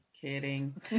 Kidding